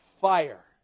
fire